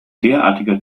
derartiger